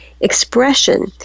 expression